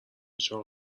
چاق